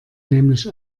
nämlich